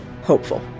hopeful